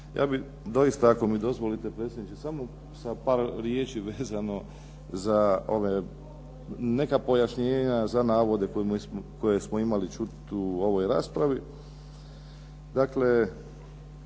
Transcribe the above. Ja bih doista, ako mi dozvolite predsjedniče, samo sa par riječi vezano za ove, neka pojašnjenja za navode koje smo imali čuti u ovoj raspravi.